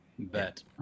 bet